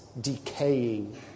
decaying